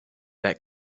that